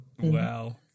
wow